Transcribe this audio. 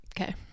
okay